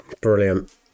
Brilliant